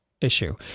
Issue